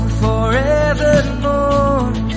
forevermore